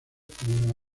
como